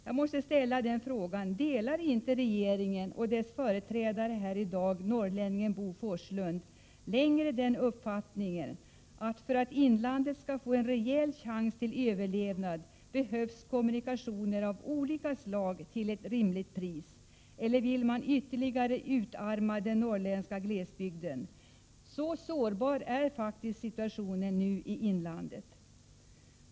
Jag måste ställa frågan: Delar inte regeringen och dess företrädare här i dag, norrlänningen Bo Forslund, längre den uppfattningen att det för att inlandet skall få en rejäl chans till överlevnad behövs kommunikationer av olika slag till ett rimligt pris, eller vill man ytterligare utarma den norrländska glesbygden? Så sårbar är faktiskt situationen nu i inlandet.